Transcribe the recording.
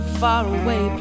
faraway